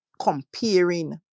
comparing